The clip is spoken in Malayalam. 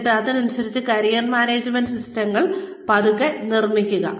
എന്നിട്ട് അതിനനുസരിച്ച് കരിയർ മാനേജ്മെന്റ് സിസ്റ്റങ്ങൾ പതുക്കെ നിർമ്മിക്കുക